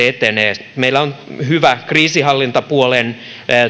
etenee meillä on hyvä kriisinhallintapuolen